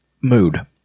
mood